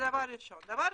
דבר שני,